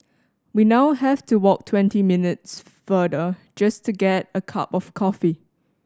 we now have to walk twenty minutes farther just to get a cup of coffee